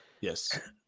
Yes